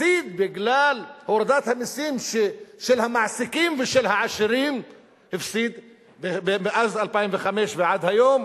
הפסיד בגלל הורדת המסים של המעסיקים ושל העשירים מאז 2005 ועד היום,